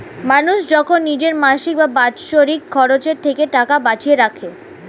মানুষ যখন নিজের মাসিক বা বাৎসরিক খরচের থেকে টাকা বাঁচিয়ে রাখে